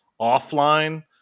offline